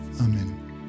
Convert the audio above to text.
Amen